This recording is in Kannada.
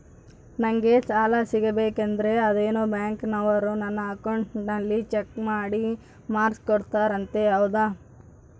ನಂಗೆ ಸಾಲ ಸಿಗಬೇಕಂದರ ಅದೇನೋ ಬ್ಯಾಂಕನವರು ನನ್ನ ಅಕೌಂಟನ್ನ ಚೆಕ್ ಮಾಡಿ ಮಾರ್ಕ್ಸ್ ಕೊಡ್ತಾರಂತೆ ಹೌದಾ?